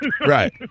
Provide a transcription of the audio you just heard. Right